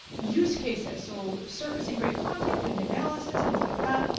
use cases. so surfacing great content, doing analysis, things like that.